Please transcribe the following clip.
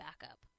backup